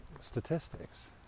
statistics